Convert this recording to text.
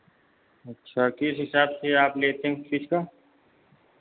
अच्छा किस हिसाब से आप लेते हैं फ़ीस का